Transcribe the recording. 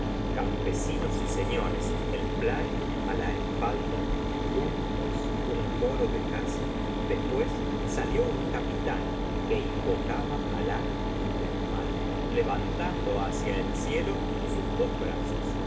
campesinos y señores el plaid il la espalda juntos un coro de caza después salió un capitán que invocaba al á ngel del mal levantando hacia el cielo sus dos brazos